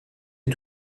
est